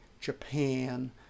Japan